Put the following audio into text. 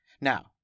Now